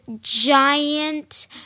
giant